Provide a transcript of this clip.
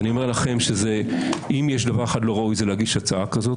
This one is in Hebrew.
אם יש דבר אחד לא ראוי זה להגיש הצעה כזו